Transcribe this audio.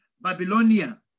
Babylonia